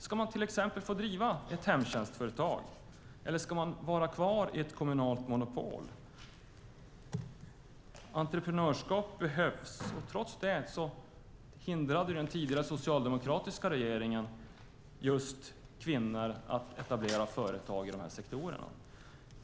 Ska man till exempel få driva ett hemtjänstföretag, eller ska man vara kvar i ett kommunalt monopol? Entreprenörskap behövs, och trots det hindrade den tidigare socialdemokratiska regeringen just kvinnor att etablera företag i dessa sektorer.